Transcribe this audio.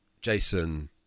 Jason